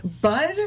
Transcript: Bud